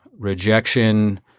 Rejection